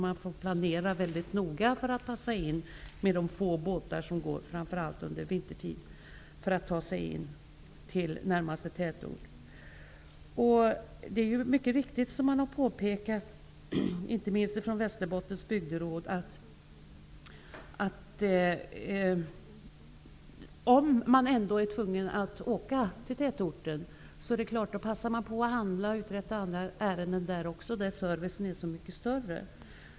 Man får planera väldigt noga för att passa de få båtar som går, framför allt under vintertid, för att ta sig in till närmaste tätort. Det är riktigt att man passar på att handla och uträtta andra ärenden där servicen är så mycket större om man ändå är tvungen att åka till tätorten. Det har påpekats inte minst av Västerbottens bygderåd.